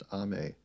ame